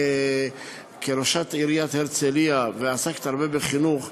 כראשת עיריית הרצליה עסקת הרבה בחינוך.